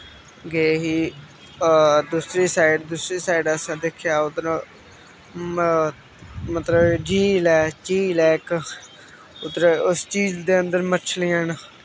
गे ही दूसरी साइड दूसरी साइड असें दिक्खेआ उद्धर मतलब झील ऐ झील ऐ इक उद्धर उस झील दे अंदर मछलियां न